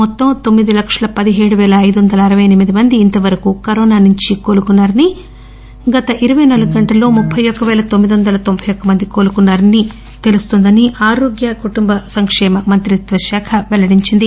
మొత్తం తొమ్మి ది లక్షల పదిహేడు పేల ఐదువందల అరవై ఎనిమిది మంది ఇంతవరకు కరోనా నుంచి కోలుకున్సారని గత ఇరపై నాలుగు గంటల్లో ముప్పై ఒక్క పేల తొమ్మిది వందల తొంబై యొక్క మంది కోలుకున్నట్లు తెలుస్తోందని ఆరోగ్య కుటుంబ సంకేమ మంత్రిత్వ శాఖ ఈ రోజు తెలియచేసింది